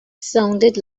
sounded